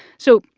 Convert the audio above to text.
so,